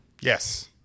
Yes